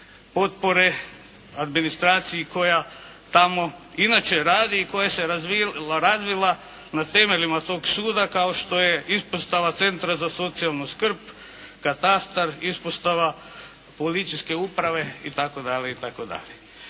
potpore administraciji koja tamo inače radi i koja se razvila na temeljima toga suda kao što je ispostava centra za socijalnu skrb, katastar, ispostava policijske uprave itd.,